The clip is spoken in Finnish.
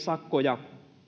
sakkoja